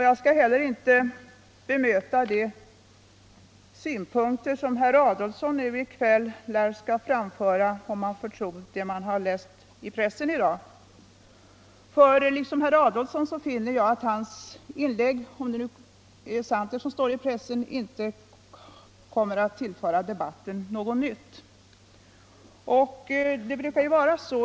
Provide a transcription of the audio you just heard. Jag skall heller inte bemöta de synpunkter som herr Adolfsson nu i kväll lär komma att framföra, om man får tro vad som står att läsa i pressen i dag, eftersom - om det som skrivs i pressen är sant — dessa synpunkter inte torde tillföra debatten någonting nytt.